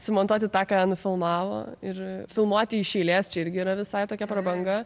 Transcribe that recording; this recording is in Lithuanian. sumontuoti tą ką nufilmavo ir filmuoti iš eilės čia irgi yra visai tokia prabanga